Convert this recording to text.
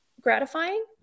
gratifying